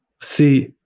see